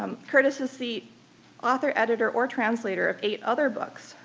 um kurtis is the author, editor, or translator of eight other books,